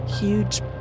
huge